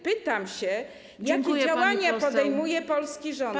Pytam się, jakie działania podejmuje polski rząd.